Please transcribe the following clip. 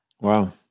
Wow